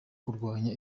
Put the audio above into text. kurwanya